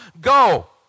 go